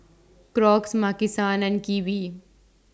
Crocs Maki San and Kiwi